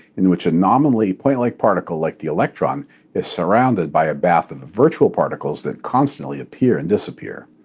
in which a nominally pointlike particle like the electron is surrounded by a bath of virtual particles that constantly appear and disappear.